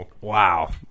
Wow